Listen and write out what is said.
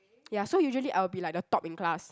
ya so usually I will be like the top in class